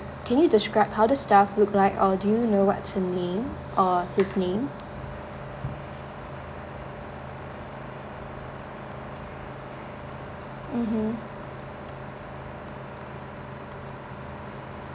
can you describe how the staff looked like or do you know what's her name or his name mmhmm